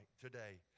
today